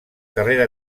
carrera